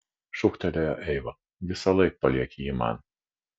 šūktelėjo eiva visąlaik palieki jį man